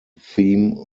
theme